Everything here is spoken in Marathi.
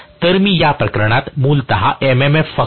तर मी या प्रकरणात मूलत MMF फक्त NI